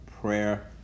prayer